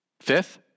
Fifth